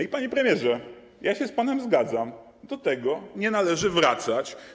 I, panie premierze, ja się z panem zgadzam, do tego nie należy wracać.